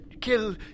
kill